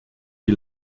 die